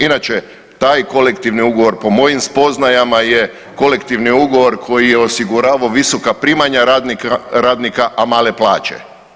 Inače taj kolektivni ugovor po mojim spoznajama je kolektivni ugovor koji je osiguravao visoka primanja radnika, a male plaće.